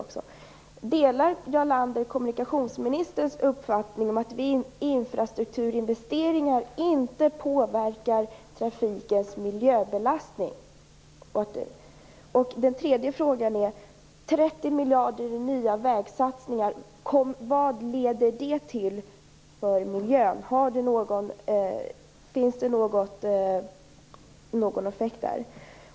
Den andra frågan är: Delar Jarl Lander kommunikationsministerns uppfattning att infrastrukturinvesteringar inte påverkar trafikens miljöbelastning? Den tredje frågan är: Vad leder 30 miljarder i nya vägsatsningar till för miljön? Finns det någon effekt där?